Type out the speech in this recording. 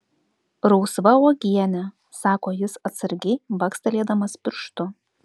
rausva uogienė sako jis atsargiai bakstelėdamas pirštu